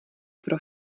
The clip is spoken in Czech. pro